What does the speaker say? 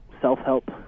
self-help